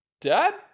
Dad